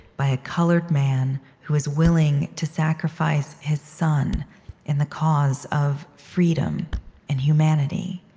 by, a colored man who, is willing to sacrifice his son in the cause of freedom and humanity